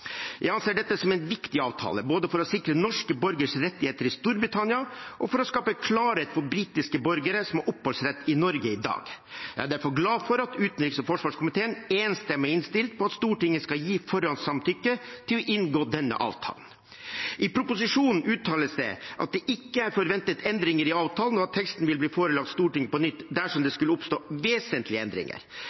Jeg anser dette som en viktig avtale, både for å sikre norske borgeres rettigheter i Storbritannia, og for å skape klarhet for britiske borgere som har oppholdsrett i Norge i dag. Jeg er derfor glad for at utenriks- og forsvarskomiteen enstemmig har innstilt på at Stortinget skal gi forhåndssamtykke til å inngå denne avtalen. I proposisjonen uttales det at det ikke er forventet endringer i avtalen, og at teksten vil bli forelagt Stortinget på nytt dersom det skulle oppstå vesentlige endringer.